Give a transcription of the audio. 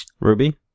Ruby